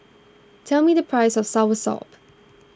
tell me the price of soursop